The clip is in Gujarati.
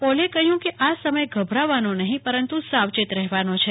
પોલે કહ્યું કે આ સમય ગભરાવવાનો નહી પરંતુ સાવચેત રહેવાનો છે